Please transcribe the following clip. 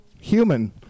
human